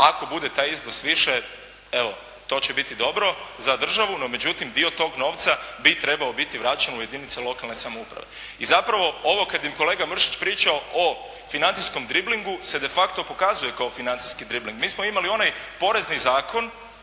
ako bude taj iznos više evo to će biti dobro za državu, no međutim dio tog novca bi trebao biti vraćen u jedinice lokalne samouprave. I zapravo, ovo kada je kolega Mršić pričao o financijskom driblingu se de facto pokazuje kao financijski dribling. Mi smo imali onaj porezni Zakon